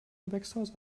gewächshaus